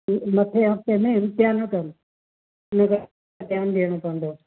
मथिएं हफ़्ते में इम्तिहान अथव ध्यानु ॾियणो पवंदो